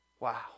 Wow